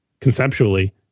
conceptually